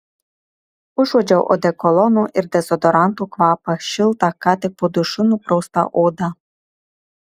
užuodžiau odekolono ir dezodoranto kvapą šiltą ką tik po dušu nupraustą odą